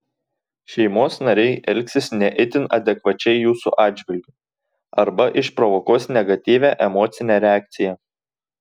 šeimos nariai elgsis ne itin adekvačiai jūsų atžvilgiu arba išprovokuos negatyvią emocinę reakciją